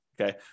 Okay